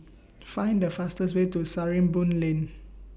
Find The fastest Way to Sarimbun Lane